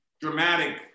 dramatic